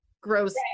gross